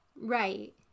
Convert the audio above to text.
Right